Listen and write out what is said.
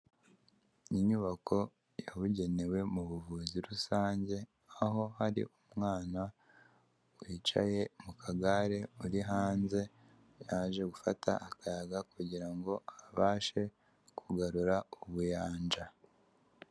Inyubako yabugenewe mu buvuzi rusange. Aho hari umwana wicaye mu kagare uri hanze yaje gufata akayaga kugirango abashe kugarura ubuyanja.